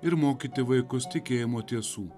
ir mokyti vaikus tikėjimo tiesų